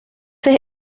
veces